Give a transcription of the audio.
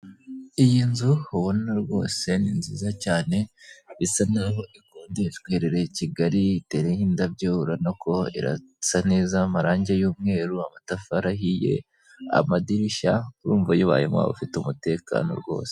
Iyi nzu ubona rwose ni nziza cyane bisa naho ikodeshwa. Iherereye Kigali, iteyeho indabyo urabona ko irasa neza, amarangi y'umweru, amatafari ahiye, amadirishya urumva uyibayemo waba ufite umutekano rwose.